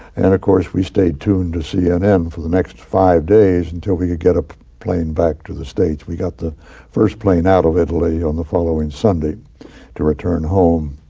and of course, we stayed tuned to cnn for the next five days until we could get a plane back to the states. we got the first plane out of italy on the following sunday to return home.